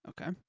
Okay